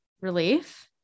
relief